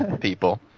people